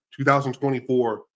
2024